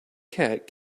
cat